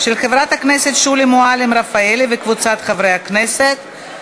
של חברת הכנסת שולי מועלם-רפאלי וקבוצת חברי הכנסת.